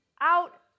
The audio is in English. out